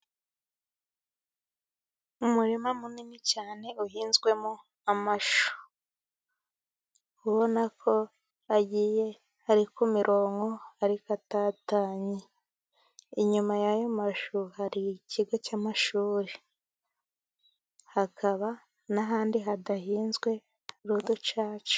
Umurima munini cyane uhinzwemo amashu. Uri kubona ko agiye ari ku murongo, ariko atatanye. Inyuma y'ayo mashu hari ikigo cy'amashuri, hakaba n'ahandi hadahinzwe h'uducaca.